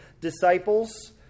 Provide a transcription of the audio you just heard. disciples